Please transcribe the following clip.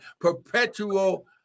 perpetual